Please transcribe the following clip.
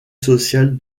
sociale